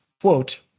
quote